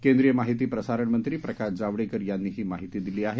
केंद्रीय माहिती प्रसारण मंत्री प्रकाश जावडेकर यांनी ही माहिती दिली आहे